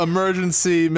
Emergency